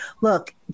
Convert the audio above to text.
look